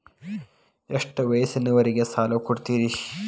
ಎಷ್ಟ ವಯಸ್ಸಿನವರಿಗೆ ಸಾಲ ಕೊಡ್ತಿರಿ?